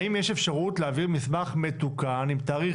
האם יש אפשרות להעביר מסמך מתוקן עם תאריך